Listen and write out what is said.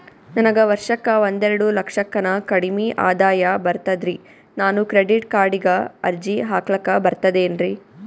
ನನಗ ವರ್ಷಕ್ಕ ಒಂದೆರಡು ಲಕ್ಷಕ್ಕನ ಕಡಿಮಿ ಆದಾಯ ಬರ್ತದ್ರಿ ನಾನು ಕ್ರೆಡಿಟ್ ಕಾರ್ಡೀಗ ಅರ್ಜಿ ಹಾಕ್ಲಕ ಬರ್ತದೇನ್ರಿ?